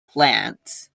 plants